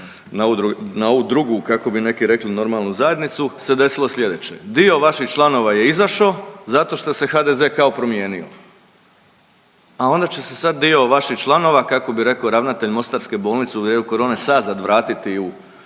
na ovu drugu kako bi neki rekli normalnu zajednicu se desilo sljedeće, dio vaših članova je izašo zato što se HDZ kao promijenio, a onda će se sad dio vaših članova kako bi reko ravnatelj Mostarske bolnice u vrijeme korone, sazad vratiti u